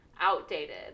outdated